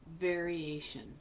variation